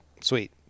Sweet